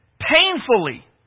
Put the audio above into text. painfully